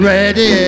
Ready